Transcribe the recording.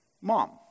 mom